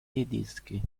tedesche